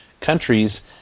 countries